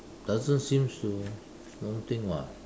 doesn't seems to normal thing [what]